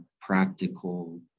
practical